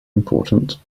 important